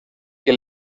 que